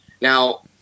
Now